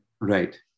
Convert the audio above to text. Right